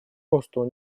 росту